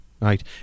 Right